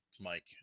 Mike